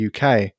UK